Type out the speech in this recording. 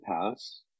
pass